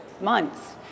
months